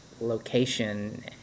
location